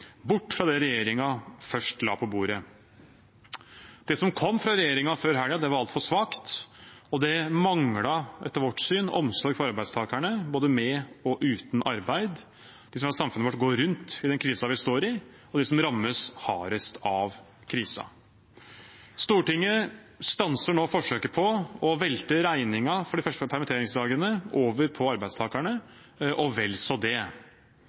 bort fra det regjeringen først la på bordet. Det som kom fra regjeringen før helgen, var altfor svakt, og det manglet, etter vårt syn, omsorg for arbeidstakere både med og uten arbeid, de som gjør at samfunnet vårt går rundt i den krisen vi står i, og dem som rammes hardest av krisen. Stortinget stanser nå forsøket på å velte regningen for de første permitteringsdagene over på arbeidstakerne og vel så det.